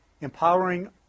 Empowering